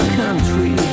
country